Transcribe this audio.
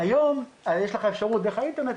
היום יש אפשרות דרך האינטרנט,